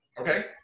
Okay